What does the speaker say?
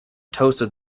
toasted